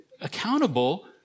accountable